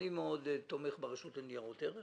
אני מאוד תומך ברשות לניירות ערך